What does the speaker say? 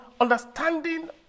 understanding